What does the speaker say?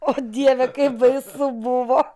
o dieve kaip baisu buvo